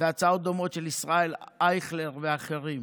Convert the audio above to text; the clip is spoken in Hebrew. והצעות דומות של ישראל אייכלר ואחרים,